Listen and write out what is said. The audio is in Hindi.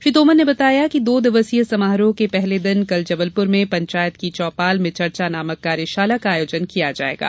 श्री तोमर ने बताया कि दो दिवसीय समारोह के पहले दिन कल जबलपुर में पंचायत की चौपाल में चर्चा नामक कार्यशाला का आयोजन किया जायेगा